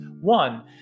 One